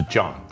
John